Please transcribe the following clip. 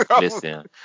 Listen